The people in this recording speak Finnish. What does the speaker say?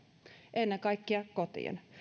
ennen kaikkea kotien